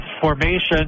formation